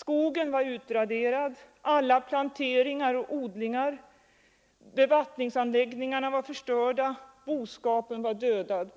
Skogen var utraderad, likaså alla planteringar och odlingar. Bevattningsanläggningarna var förstörda och boskapen var dödad.